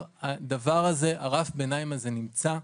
רף הביניים הזה נמצא,